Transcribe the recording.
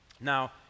Now